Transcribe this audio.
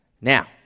Now